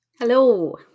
Hello